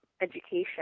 education